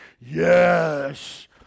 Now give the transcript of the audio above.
yes